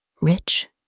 Rich